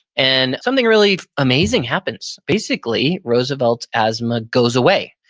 and something really amazing happens. basically, roosevelt's asthma goes away.